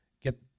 get